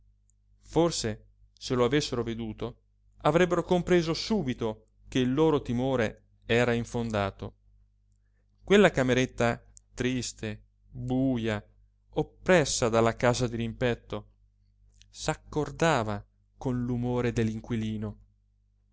forse se lo avessero veduto avrebbero compreso subito che il loro timore era infondato quella cameretta triste buja oppressa dalla casa dirimpetto s'accordava con